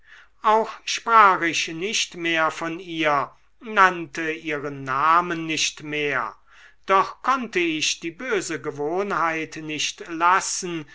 auch sprach ich nicht mehr von ihr nannte ihren namen nicht mehr doch konnte ich die böse gewohnheit nicht lassen